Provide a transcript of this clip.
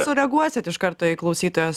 sureaguosit iš karto į klausytojos